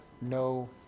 no